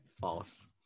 false